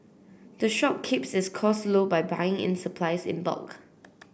the shop keeps its costs low by buying in supplies in bulk